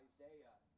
Isaiah